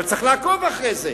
אבל צריך לעקוב אחרי זה.